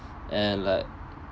and like